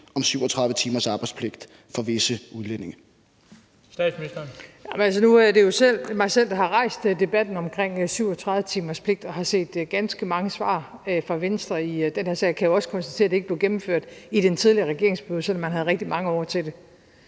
(Mette Frederiksen): Altså, nu er det jo mig selv, der har rejst debatten omkring 37 timers pligt, og jeg har set ganske mange svar fra Venstre i den her sag og kan også konstatere, at det ikke blev gennemført i den tidligere regerings periode, selv om man havde rigtig mange år til det.